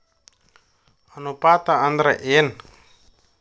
ಅನುಪಾತ ಅಂದ್ರ ಏನ್?